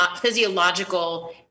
physiological